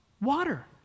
water